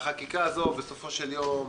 החוק הנורווגי בסופו של יום